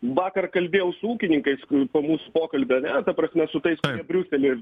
vakar kalbėjau su ūkininkais i po mūsų pokalbio ane ta prasme su tais kurie briusely